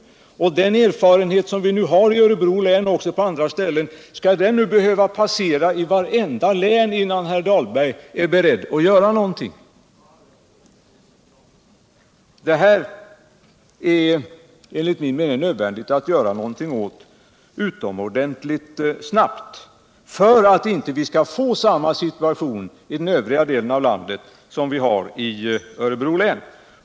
Och den erfarenhet som vi nu får i Örebro län och på andra ställen, skall den behöva passera i vartenda län, innan herr Dahlberg är beredd att göra någonting? Det är enligt min mening nödvändigt att göra någonting utomordentligt snabbt för att vi inte skall få samma situation i den övriga delen av landet som vi har i Örebro län.